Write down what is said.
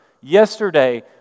yesterday